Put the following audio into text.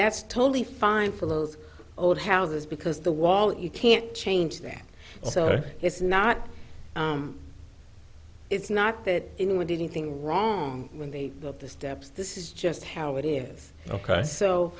that's totally fine for those old houses because the wall you can't change that so it's not it's not that in with anything wrong when they go up the steps this is just how it is ok so